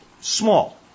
Small